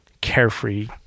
carefree